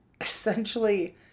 essentially